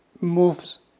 moves